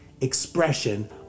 expression